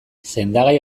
sendagai